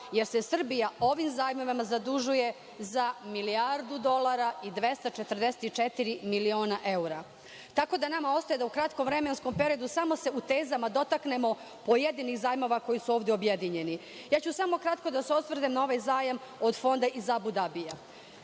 jer se Srbija ovim zajmovima zadužuje za milijardu dolara i 244 miliona evra, tako da nama ostaje da u kratkom vremenskom periodu samo se u tezama dotaknemo pojedinih zajmova koji su ovde objedinjeni. Samo kratko ću da se osvrnem na ovaj zajam od Fonda iz Abu Dabija.